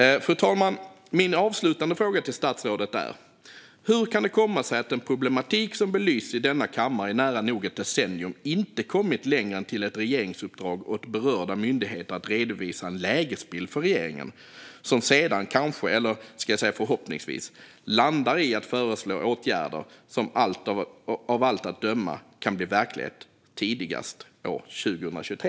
Fru talman! Min avslutande fråga till statsrådet är: Hur kan det komma sig att en problematik som belysts i denna kammare i nära nog ett decennium inte har kommit längre än till ett regeringsuppdrag åt berörda myndigheter att redovisa en lägesbild för regeringen, som sedan kanske - eller ska jag säga förhoppningsvis - landar i att föreslå åtgärder som av allt att döma kan bli verklighet tidigast år 2023?